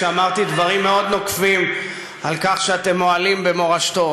אתה יותר שר תקשורת מראש ממשלה.